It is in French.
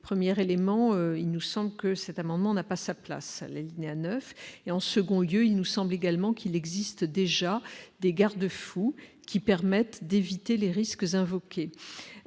Première éléments, il nous semble que cet amendement n'a pas sa place, les à 9 et en second lieu, il nous semble également qu'il existe déjà des garde-fous qui permettent d'éviter les risques invoqués